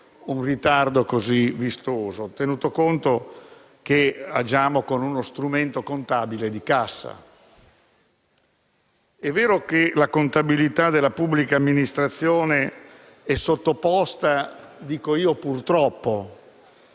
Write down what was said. un ritardo così vistoso, tenuto conto che agiamo con uno strumento contabile di cassa. È vero che la contabilità della pubblica amministrazione è sottoposta - dico io, purtroppo